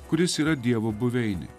kuris yra dievo buveinė